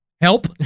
help